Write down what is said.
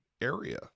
area